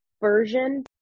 version